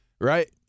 Right